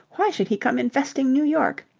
why should he come infesting new york?